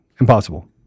Impossible